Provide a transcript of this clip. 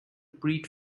breed